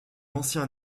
ancien